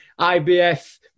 IBF